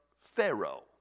Pharaoh